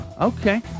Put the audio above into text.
Okay